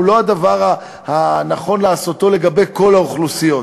הוא לא הדבר הנכון לעשותו לגבי כל האוכלוסיות.